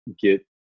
get